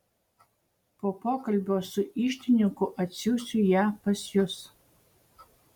po pokalbio su iždininku atsiųsiu ją pas jus